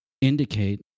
indicate